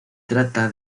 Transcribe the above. trata